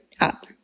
up